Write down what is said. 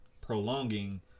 prolonging